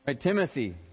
Timothy